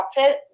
outfit